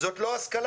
זאת לא השכלה,